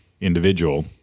individual